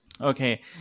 Okay